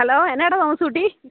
hello എന്നതാണെടാ തോമസുകുട്ടി